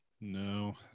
No